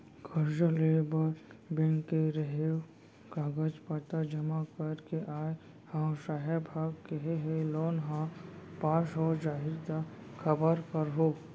करजा लेबर बेंक गे रेहेंव, कागज पतर जमा कर के आय हँव, साहेब ह केहे हे लोन ह पास हो जाही त खबर करहूँ